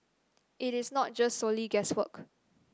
it is not just solely guesswork